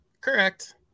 Correct